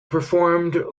performed